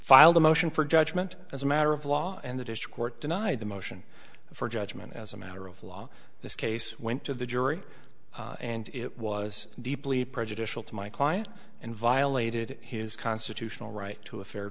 filed a motion for judgment as a matter of law and the dish court denied the motion for judgment as a matter of law this case went to the jury and it was deeply prejudicial to my client and violated his constitutional right to a fair